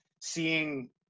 seeing